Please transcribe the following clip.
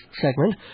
segment